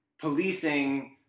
policing